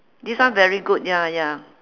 this one very good ya ya